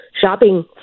shopping